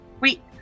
Wait